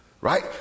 Right